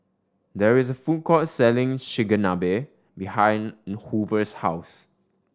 there is a food court selling Chigenabe behind Hoover's house